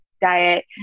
diet